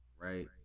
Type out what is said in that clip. right